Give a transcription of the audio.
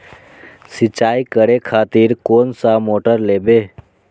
सीचाई करें खातिर कोन सा मोटर लेबे?